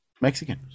Mexican